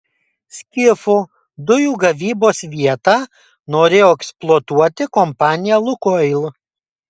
skifo dujų gavybos vietą norėjo eksploatuoti kompanija lukoil